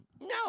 No